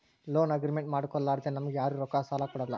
loan agreement ಮಾಡ್ಕೊಲಾರ್ದೆ ನಮ್ಗ್ ಯಾರು ರೊಕ್ಕಾ ಸಾಲ ಕೊಡಲ್ಲ